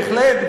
בהחלט,